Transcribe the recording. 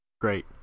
Great